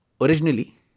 originally